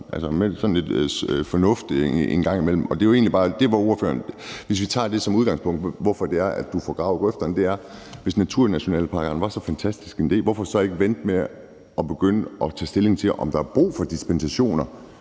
sådan ud fra sin fornuft gøre det en gang imellem. Og det kan man tage som udgangspunkt for, hvorfor det er, man får gravet grøfterne. Altså, hvis naturnationalparkerne var så fantastisk en idé, hvorfor så ikke vente med at begynde at tage stilling til, om der er brug for dispensationer,